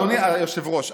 אדוני היושב-ראש,